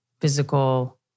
physical